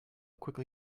quickly